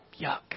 yuck